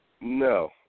No